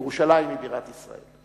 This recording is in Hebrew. ירושלים היא בירת ישראל.